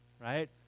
right